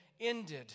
ended